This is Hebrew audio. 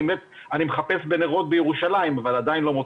אני מחפש בנרות בירושלים, אבל עדיין לא מוצא.